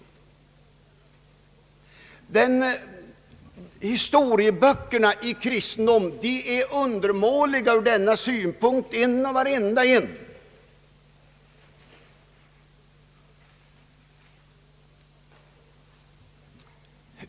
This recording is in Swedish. Alla historieböcker i kristendom är ur denna synpunkt undermåliga.